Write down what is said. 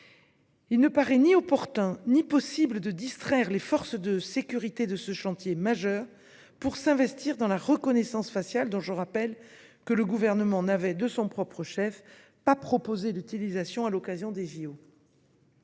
Il ne paraît ni opportun ni possible de distraire les forces de sécurité de ce chantier majeur pour s'investir dans la reconnaissance faciale, dont je rappelle que le Gouvernement n'avait, de son propre chef, pas proposé l'utilisation à l'occasion des